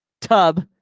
Tub